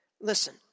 Listen